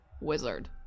wizard